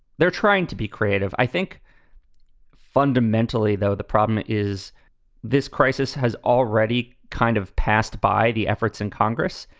they're trying to be creative. i think fundamentally, though, the problem is this crisis has already kind of passed by the efforts in congress.